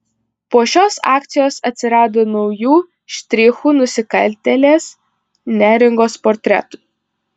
po šios akcijos atsirado naujų štrichų nusikaltėlės neringos portretui